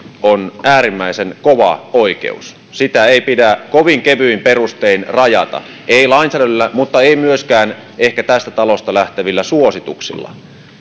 on äärimmäisen kova oikeus sitä ei pidä kovin kevyin perustein rajata ei lainsäädännöllä mutta ei myöskään ehkä tästä talosta lähtevillä suosituksilla